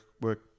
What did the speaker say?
work